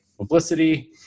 publicity